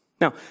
Now